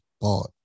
bought